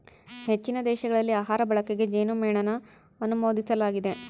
ಹೆಚ್ಚಿನ ದೇಶಗಳಲ್ಲಿ ಆಹಾರ ಬಳಕೆಗೆ ಜೇನುಮೇಣನ ಅನುಮೋದಿಸಲಾಗಿದೆ